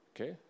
Okay